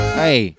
hey